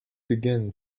begin